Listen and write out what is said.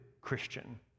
Christian